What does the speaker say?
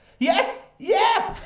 yes. yeah.